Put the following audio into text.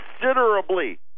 considerably